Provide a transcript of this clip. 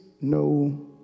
no